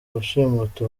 gushimuta